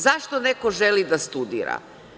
Zašto neko želi da studira?